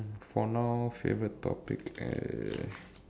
for now favorite topic uh